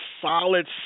solid